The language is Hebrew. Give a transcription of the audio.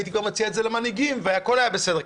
הייתי מציע למנהיגים והכול היה בסדר.